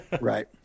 Right